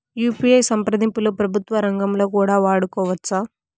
UPI సంప్రదింపులు ప్రభుత్వ రంగంలో కూడా వాడుకోవచ్చా?